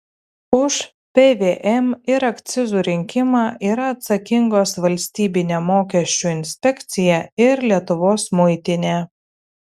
už pvm ir akcizų rinkimą yra atsakingos valstybinė mokesčių inspekcija ir lietuvos muitinė